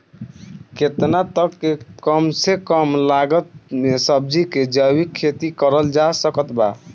केतना तक के कम से कम लागत मे सब्जी के जैविक खेती करल जा सकत बा?